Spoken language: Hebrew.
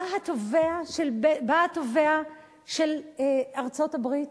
בא התובע של ארצות-הברית